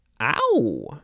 ow